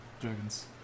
dragons